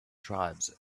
tribes